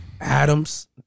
Adams